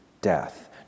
Death